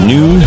New